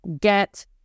get